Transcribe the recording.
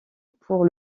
pour